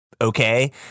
okay